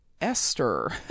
Esther